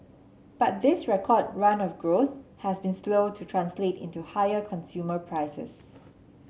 but this record run of growth has been slow to translate into higher consumer prices